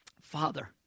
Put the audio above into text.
Father